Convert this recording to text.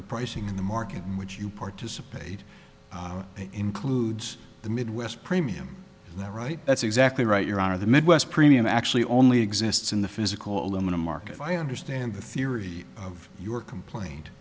the pricing in the market in which you participate includes the midwest premium that right that's exactly right your honor the midwest premium actually only exists in the physical aluminum market i understand the theory of your complaint